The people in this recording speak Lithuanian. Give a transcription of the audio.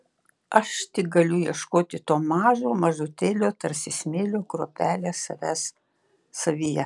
aš tik galiu ieškoti to mažo mažutėlio tarsi smėlio kruopelė savęs savyje